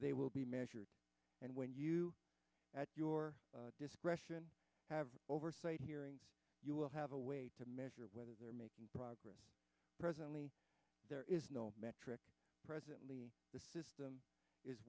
they will be measured and when you at your discretion have oversight hearings you will have a way to measure whether they're making progress presently there is no metric presently the system is